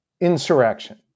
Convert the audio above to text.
insurrection